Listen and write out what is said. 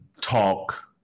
talk